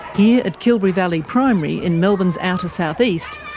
here at kilberry valley primary in melbourne's outer south-east,